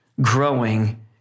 growing